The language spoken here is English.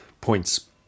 points